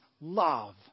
love